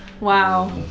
Wow